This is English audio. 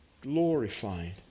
glorified